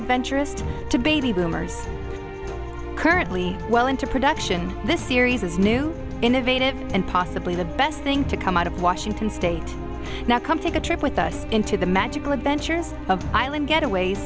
adventurist to baby boomers currently well into production this series is new innovative and possibly the best thing to come out of washington state now come take a trip with us into the magical adventures of island getaways